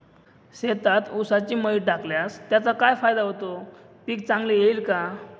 शेतात ऊसाची मळी टाकल्यास त्याचा काय फायदा होतो, पीक चांगले येईल का?